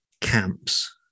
camps